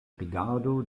rigardo